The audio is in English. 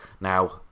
Now